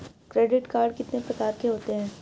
Credit card कितने प्रकार के होते हैं?